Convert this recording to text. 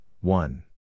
one